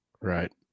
right